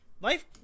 life